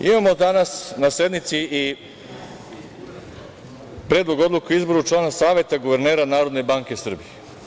Imamo danas na sednici i Predlog odluke o izboru člana Saveta guvernera Narodne banke Srbije.